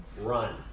run